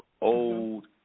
old